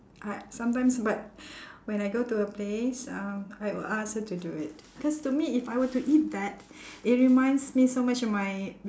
I sometimes but when I go to her place uh I will ask her to do it cause to me if I were to eat that it reminds me so much of my